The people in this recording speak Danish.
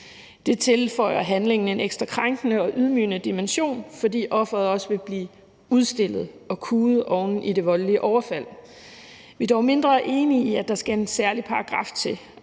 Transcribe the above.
Det tilføjer handlingen en ekstra krænkende og ydmygende dimension, fordi offeret også vil blive udstillet og kuet oven i det voldelige overfald. Vi er dog mindre enige i, at der skal en særlig paragraf til,